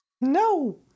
no